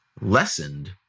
lessened